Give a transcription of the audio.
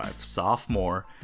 Sophomore